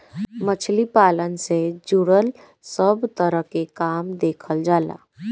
मछली पालन से जुड़ल सब तरह के काम देखल जाला